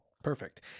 perfect